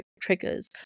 triggers